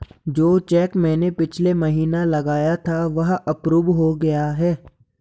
जो चैक मैंने पिछले महीना लगाया था वह अप्रूव हो गया है